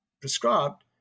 prescribed